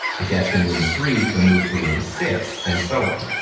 the guest in room three to move to room six, and so on.